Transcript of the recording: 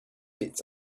bits